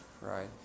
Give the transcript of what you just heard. right